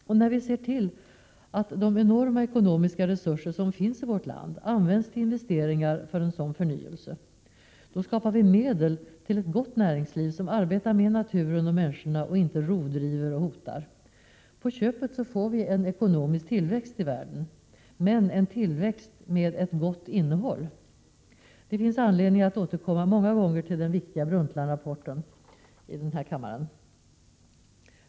Och när vi ser till att de enorma ekonomiska resurser som finns i vårt land används till investeringar i en sådan förnyelse, skapar vi medel till ett gott näringsliv som arbetar med naturen och människorna och som inte rovdriver eller hotar. På köpet får vi en ekonomisk tillväxt i världen — men en tillväxt med gott innehåll. Det finns anledning att återkomma många gånger här i kammaren till den viktiga Brundtlandrapporten. Herr talman!